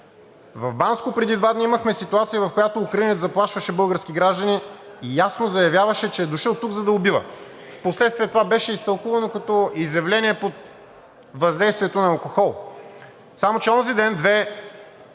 В Банско преди два дни имахме ситуация, в която украинец заплашваше български граждани и ясно заявяваше, че е дошъл тук, за да убива. Впоследствие това беше изтълкувано като изявление под въздействието на алкохол,